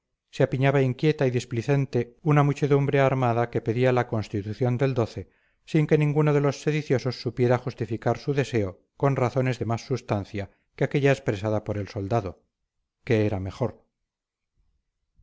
se apiñaba inquieta y displicente una muchedumbre armada que pedía la constitución del sin que ninguno de los sediciosos supiera justificar su deseo con razones de más substancia que aquella expresada por el soldado que era mejor